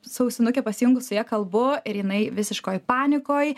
su ausinuke pasijungus su ja kalbu ir jinai visiškoj panikoj